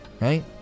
right